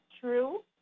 true